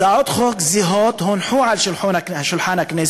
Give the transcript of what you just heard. הצעות חוק זהות הונחו על שולחן הכנסת,